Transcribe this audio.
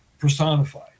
personified